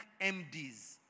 MDs